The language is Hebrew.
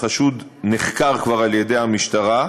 החשוד נחקר על ידי המשטרה,